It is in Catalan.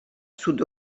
sud